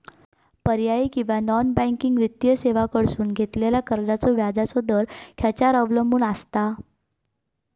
पर्यायी किंवा non banking वित्तीय सेवांकडसून घेतलेल्या कर्जाचो व्याजाचा दर खेच्यार अवलंबून आसता?